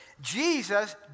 Jesus